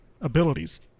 abilities